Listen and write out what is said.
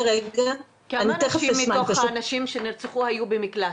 כמה נשים מתוך הנשים שנרצחו היו במקלט?